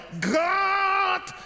God